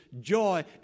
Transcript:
joy